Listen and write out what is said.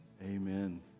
amen